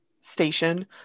station